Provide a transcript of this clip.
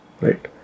right